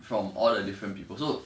from all the different people so